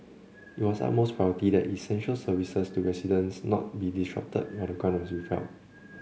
it was the utmost priority that essential services to residents not be disrupted while the grant was withheld